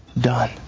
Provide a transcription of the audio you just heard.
Done